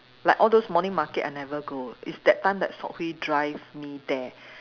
like all those morning market I never go is that time that Seok Hui drive me there